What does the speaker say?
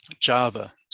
Java